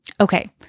Okay